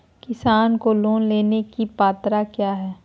किसान को लोन लेने की पत्रा क्या है?